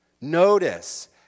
Notice